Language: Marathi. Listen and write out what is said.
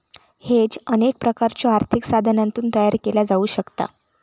हेज अनेक प्रकारच्यो आर्थिक साधनांतून तयार केला जाऊ शकता